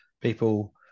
people